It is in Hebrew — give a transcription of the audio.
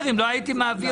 אם לא הייתי מעביר,